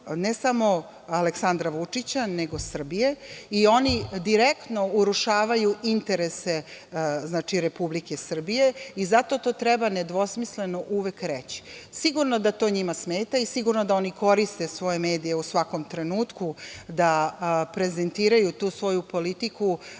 ne samo Aleksandra Vučića, nego Srbije i oni direktno urušavaju interese Republike Srbije i zato to treba nedvosmisleno uvek reći. Sigurno da to njima smeta i sigurno da oni koriste svoje medije u svakom trenutku da prezentiraju tu svoju politiku